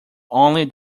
only